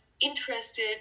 interested